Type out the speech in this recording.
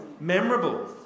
memorable